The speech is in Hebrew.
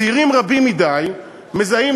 צעירים רבים מדי מזהים,